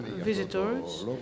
visitors